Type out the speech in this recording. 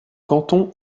canton